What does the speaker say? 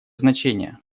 значение